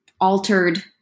altered